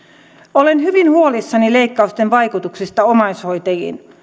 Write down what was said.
olen hyvin huolissani leikkausten vaikutuksista omaishoitajiin